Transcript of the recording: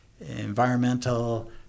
environmental